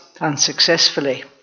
unsuccessfully